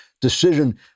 decision